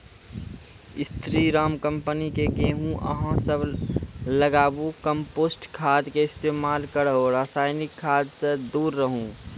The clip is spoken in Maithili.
स्री राम कम्पनी के गेहूँ अहाँ सब लगाबु कम्पोस्ट खाद के इस्तेमाल करहो रासायनिक खाद से दूर रहूँ?